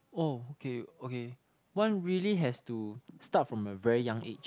oh okay okay one really has to start from a very young age